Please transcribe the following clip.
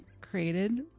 created